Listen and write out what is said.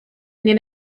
mnie